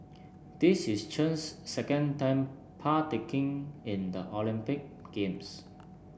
this is Chen's second time partaking in the Olympic Games